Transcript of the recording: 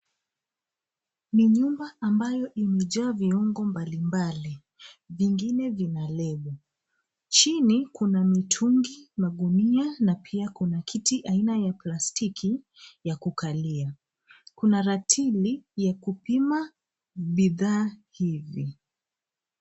Ni nyumba ambayo imejaa viungo mbalimbali vingine vina lebo. Chini kuna mitungi, magunia na pia kuna kiti aina ya plastiki ya kukalia. Kuna ratili ya kupima bidhaa hizi.